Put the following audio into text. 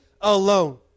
alone